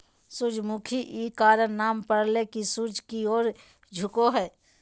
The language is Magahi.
सूरजमुखी इ कारण नाम परले की सूर्य की ओर झुको हइ